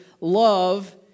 love